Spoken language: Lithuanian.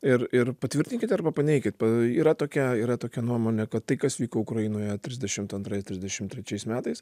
ir ir patvirtinkite arba paneiki yra tokia yra tokia nuomonė kad tai kas vyko ukrainoje trisdešimt antrais trisdešim trečiais metais